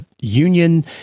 union